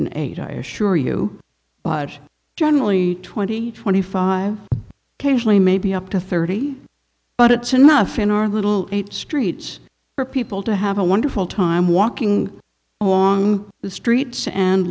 eight i assure you but generally twenty twenty five casually maybe up to thirty but it's enough in our little streets for people to have a wonderful time walking along the streets and